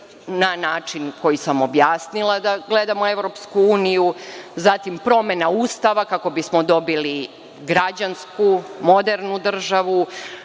na način koji sam objasnila da gledamo EU, zatim promena Ustava kako bismo dobili građansku, modernu državu,